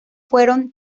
fueron